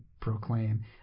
proclaim